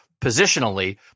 positionally